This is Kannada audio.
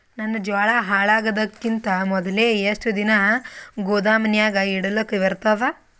ನನ್ನ ಜೋಳಾ ಹಾಳಾಗದಕ್ಕಿಂತ ಮೊದಲೇ ಎಷ್ಟು ದಿನ ಗೊದಾಮನ್ಯಾಗ ಇಡಲಕ ಬರ್ತಾದ?